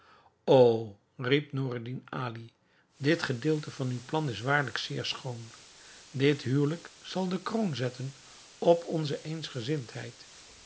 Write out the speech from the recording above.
dit gedeelte van uw plan is waarlijk zeer schoon dit huwelijk zal de kroon zetten op onze